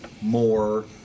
more